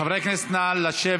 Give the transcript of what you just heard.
חברי הכנסת, נא לשבת.